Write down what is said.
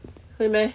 会 meh